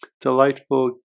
delightful